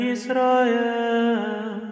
Israel